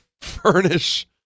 furnish